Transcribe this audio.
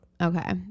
Okay